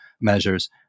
measures